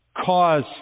cause